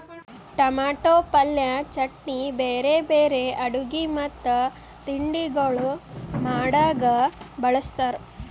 tomato ಪಲ್ಯ, ಚಟ್ನಿ, ಬ್ಯಾರೆ ಬ್ಯಾರೆ ಅಡುಗಿ ಮತ್ತ ತಿಂಡಿಗೊಳ್ ಮಾಡಾಗ್ ಬಳ್ಸತಾರ್